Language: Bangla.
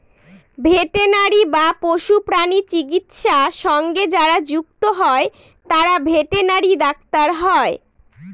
ভেটেনারি বা পশুপ্রাণী চিকিৎসা সঙ্গে যারা যুক্ত হয় তারা ভেটেনারি ডাক্তার হয়